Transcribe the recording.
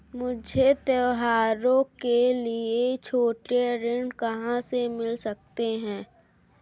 मुझे त्योहारों के लिए छोटे ऋृण कहां से मिल सकते हैं?